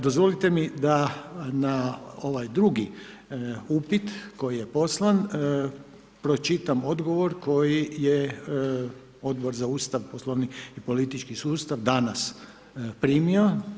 Dozvolite mi da na ovaj drugi upit koji je poslan pročitam odgovor koji je Odbor Ustav, Poslovnik i politički sustav danas primio.